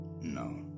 No